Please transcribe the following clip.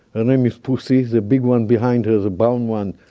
ah name is pussy. the big one behind her, the brown one,